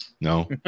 no